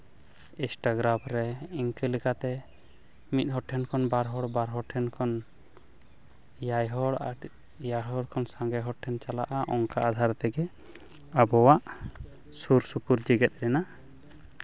Instagram ᱨᱮ ᱤᱱᱠᱟᱹ ᱞᱮᱠᱟᱛᱮ ᱢᱤᱫ ᱦᱚᱲ ᱴᱷᱮᱱ ᱠᱷᱚᱱ ᱵᱟᱨ ᱦᱚᱲ ᱵᱟᱨ ᱦᱚᱲ ᱴᱷᱮᱱ ᱠᱷᱚᱱ ᱮᱭᱟᱭ ᱦᱚᱲ ᱟᱨ ᱮᱭᱟᱭ ᱦᱚᱲ ᱴᱷᱮᱱ ᱠᱷᱚᱱ ᱥᱟᱸᱜᱮ ᱦᱚᱲ ᱴᱷᱮᱱ ᱪᱟᱞᱟᱜᱼᱟ ᱚᱱᱠᱟ ᱟᱫᱷᱟᱨ ᱛᱮᱜᱮ ᱟᱵᱚᱣᱟᱜ ᱥᱩᱨ ᱥᱩᱯᱩᱨ ᱡᱮᱜᱮᱛ ᱨᱮᱱᱟᱜ